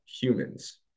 humans